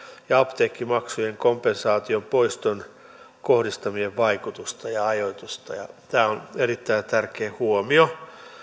ja apteekkimaksun kompensaation poiston kohdentumisen vaikutusta ja ajoitusta tämä on erittäin tärkeä huomio